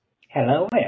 Hello